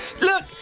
look